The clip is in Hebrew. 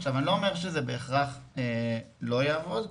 אני לא אומר שזה בהכרח לא יעבוד,